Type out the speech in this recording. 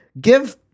give